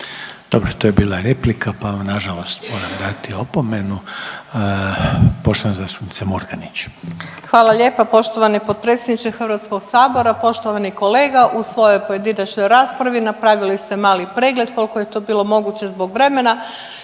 Dobro, to je bila replika pa vam nažalost moram dati opomenu. Poštovana zastupnica Murganić. **Murganić, Nada (HDZ)** Hvala lijepa poštovani potpredsjedniče Hrvatskog sabora. Poštovani kolega u svojoj pojedinačnoj raspravi napravili ste mali pregled koliko je to bilo moguće zbog vremena,